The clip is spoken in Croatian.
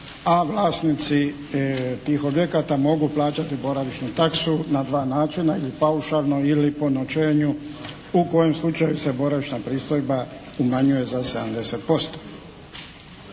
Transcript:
A vlasnici tih objekata mogu plaćati boravišnu taksu na dva načina, ili paušalno ili po noćenju u kojem slučaju se boravišna pristojba umanjuje za 70%.